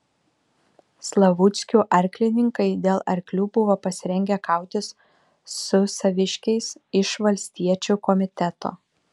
slavuckių arklininkai dėl arklių buvo pasirengę kautis su saviškiais iš valstiečių komiteto